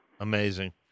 amazing